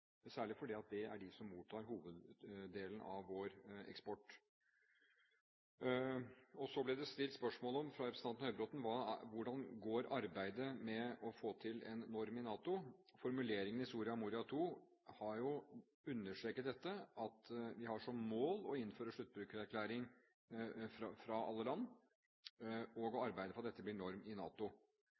særlig fordi det er de som mottar hoveddelen av vår eksport. Så ble det fra representanten Høybråten stilt spørsmål om hvordan arbeidet med å få til en norm i NATO går. Formuleringen i Soria Moria II har jo understreket at vi har som mål å innføre sluttbrukererklæring fra alle land og å arbeide for at dette blir norm i NATO.